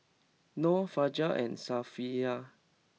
Nor Fajar and Safiya